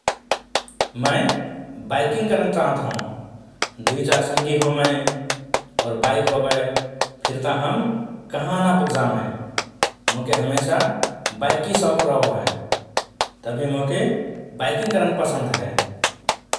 मए बाइकिङ करन जान चाहत हओं । दुईचार संगी होमए और बाइक होबए फिर त हम कहाँ ना पुग्जामए । मोके हमेसा बाइककि शौख रहो हए । तभि मोके बाइकिङ करन पसन्द हए ।